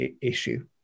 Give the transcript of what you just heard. issue